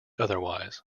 otherwise